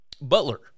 Butler